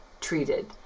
treated